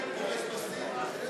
נתקבל.